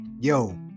yo